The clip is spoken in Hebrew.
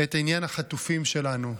את עניין החטופים שלנו.